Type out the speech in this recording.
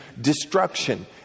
destruction